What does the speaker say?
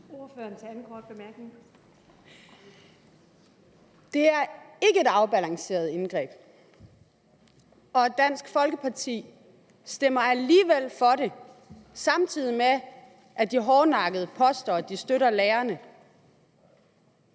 Det er ikke et afbalanceret indgreb. Dansk Folkeparti stemmer alligevel for det, samtidig med at de hårdnakket påstår, at de støtter lærerne.